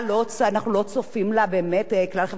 חברת "כלל ביטוח" פשיטת רגל או משהו כזה.